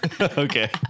Okay